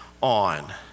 on